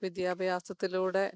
വിദ്യാഭ്യാസത്തിലൂടെ